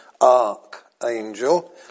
archangel